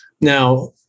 Now